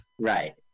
Right